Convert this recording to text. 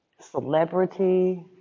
celebrity